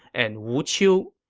and wu qiujian.